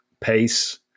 pace